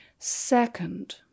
Second